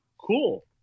Cool